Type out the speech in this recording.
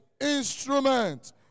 instrument